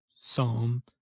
Psalm